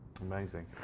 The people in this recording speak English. Amazing